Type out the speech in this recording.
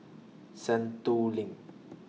Sentul LINK